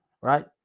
right